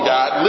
God